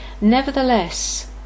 Nevertheless